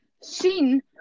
Seen